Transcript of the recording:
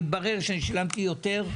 והתברר שאני שילמתי יותר.